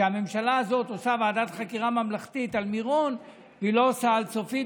שהממשלה הזאת עושה ועדת חקירה ממלכתית על מירון והיא לא עושה על צפית,